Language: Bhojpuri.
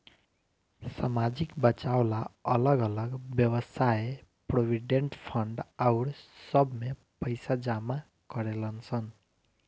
सामाजिक बचाव ला अलग अलग वयव्साय प्रोविडेंट फंड आउर सब में पैसा जमा करेलन सन